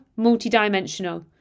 multidimensional